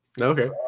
Okay